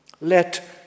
Let